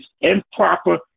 improper